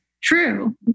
True